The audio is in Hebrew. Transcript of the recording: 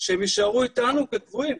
שהם יישארו איתנו כקבועים,